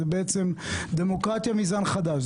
זה בעצם דמוקרטיה מזן חדש.